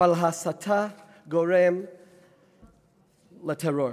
אבל ההסתה גורמת לטרור.